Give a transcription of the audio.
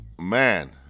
Man